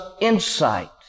insight